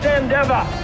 endeavor